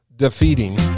defeating